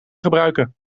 gebruiken